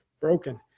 broken